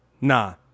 nah